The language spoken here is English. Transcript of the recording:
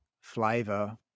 flavor